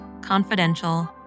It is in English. confidential